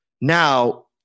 Now